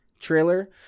trailer